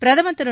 பிரதமர் திரு